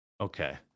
Okay